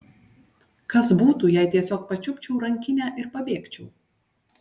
kas būtų jei tiesiog pačiupčiau rankinę ir pabėgčiau